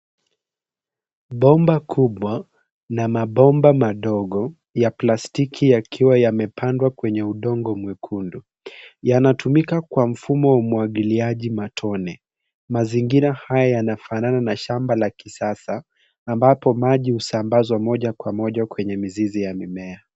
Bomba kubwa na mabomba madogo ya plastiki yakiwa yamepandwa kwenye udongo mwekundu yanatumika kwa mfumo wa umwagiliaji maji matone mazingira haya yana fanana na shamba la kisasa ambapo maji husambazwa moja kwa moja kwenye mizizi ya mimea.